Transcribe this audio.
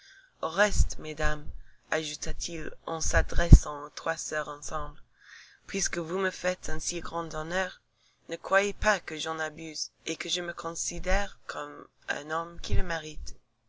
reste mesdames ajouta-t-il en s'adressant aux trois soeurs ensemble puisque vous me faites un si grand honneur ne croyez pas que j'en abuse et que je me considère comme un homme qui le mérite